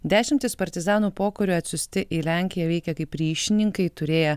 dešimtys partizanų pokariu atsiųsti į lenkiją veikė kaip ryšininkai turėję